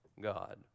God